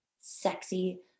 sexy